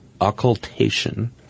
Occultation